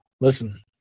listen